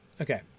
Okay